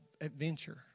adventure